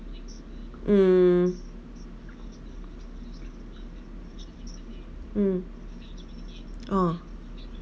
mm mm oh